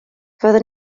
fyddwn